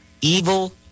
evil